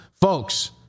Folks